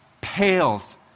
pales